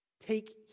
Take